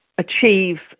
achieve